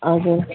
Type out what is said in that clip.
हजुर